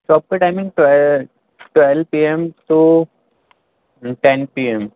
shop کا timing تو ہے twelve P M to ten P M